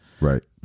right